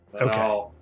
Okay